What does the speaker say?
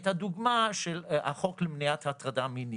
את הדוגמה של החוק למניעת הטרדה מינית,